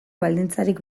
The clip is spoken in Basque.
baldintzarik